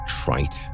trite